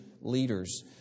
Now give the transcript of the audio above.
leaders